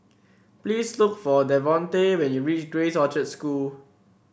please look for Davonte when you reach Grace Orchard School